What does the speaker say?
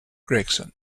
gregson